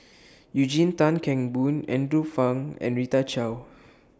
Eugene Tan Kheng Boon Andrew Phang and Rita Chao